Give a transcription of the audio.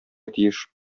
тиеш